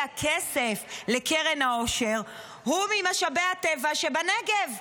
כסף לקרן העושר הוא ממשאבי הטבע שבנגב,